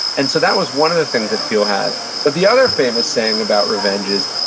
and so that was one of the things that thiel had but the other famous saying about revenge is,